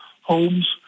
homes